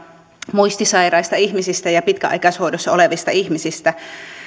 muistisairaista ihmisistä ja pitkäaikaishoidossa olevista ihmisistä